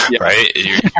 right